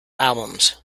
albums